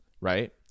right